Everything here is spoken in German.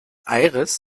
aires